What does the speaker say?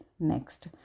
next